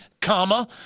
comma